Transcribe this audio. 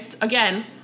Again